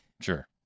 Sure